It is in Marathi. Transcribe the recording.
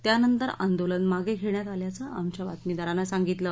त्यानंतर आंदोलन मागे घेण्यात आल्याचं आमच्या बातमीदारानं सांगितलं